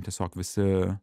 tiesiog visi